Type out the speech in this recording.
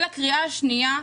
לקריאה השנייה,